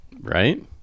Right